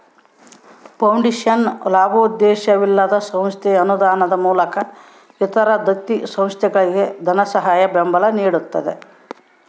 foundation ಲಾಭೋದ್ದೇಶವಿಲ್ಲದ ಸಂಸ್ಥೆ ಅನುದಾನದ ಮೂಲಕ ಇತರ ದತ್ತಿ ಸಂಸ್ಥೆಗಳಿಗೆ ಧನಸಹಾಯ ಬೆಂಬಲ ನಿಡ್ತದ